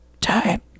time